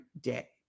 day